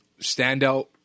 standout